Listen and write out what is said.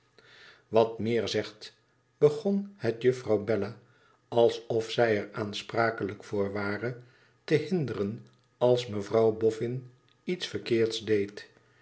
wat meer zegt begon het juffrouw bella alsof zij er aansprakelijk voor ware te hinderen als mevrouw boffin iets verkeerds deed